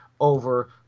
over